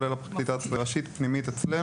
כולל הפרקליטה הצבאית הראשית אצלנו.